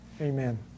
Amen